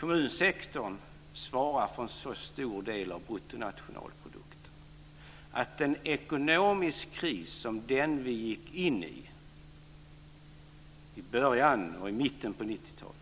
Kommunsektorn svarar för en så stor del av bruttonationalprodukten att en ekonomisk kris, som den vi hade i början och mitten av 90-talet,